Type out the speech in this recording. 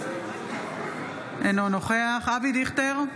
אינו נוכח אבי דיכטר,